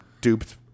duped